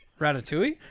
Ratatouille